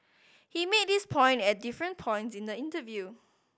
he made this point at different points in the interview